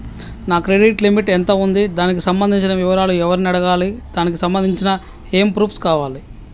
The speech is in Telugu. నా క్రెడిట్ లిమిట్ ఎంత ఉంది? దానికి సంబంధించిన వివరాలు ఎవరిని అడగాలి? దానికి సంబంధించిన ఏమేం ప్రూఫ్స్ కావాలి?